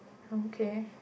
okay